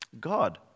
God